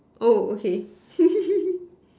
oh okay